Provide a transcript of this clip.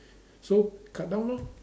so cut down lor